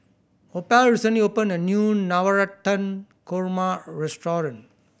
Opal recently opened a new Navratan Korma restaurant